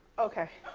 okay.